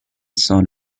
son